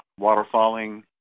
waterfalling